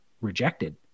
rejected